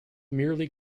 merely